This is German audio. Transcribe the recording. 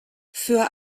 für